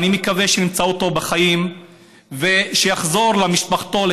ואני מקווה שנמצא אותו בחיים ושיחזור למשפחתו,